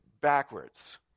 backwards